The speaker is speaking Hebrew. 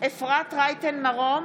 אפרת רייטן מרום,